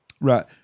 Right